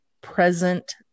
present